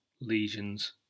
lesions